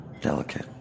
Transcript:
delicate